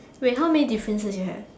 wait how many differences you have